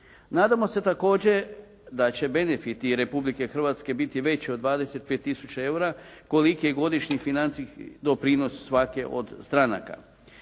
Nadamo se također da će benefiti Republike Hrvatske biti veći od 25000 eura koliki je godišnji financijski doprinos svake od stranaka.